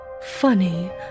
Funny